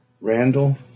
Randall